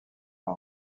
par